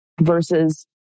versus